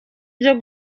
byo